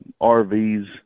RVs